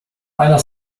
meiner